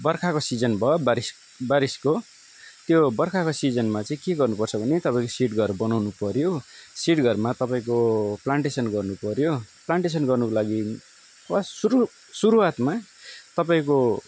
बर्खाको सिजन भयो बारिस बारिसको त्यो बर्खाको सिजनमा चाहिँ के गर्नु पर्छ भने तपाईँको सेड घर बनाउनु पर्यो सेड घरमा तपाईँको प्लान्टेसन गर्नु पर्यो प्लान्टेसन गर्नुको लागि फर्स्ट सुरु सुरुवातमा तपाईँको